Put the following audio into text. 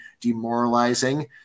demoralizing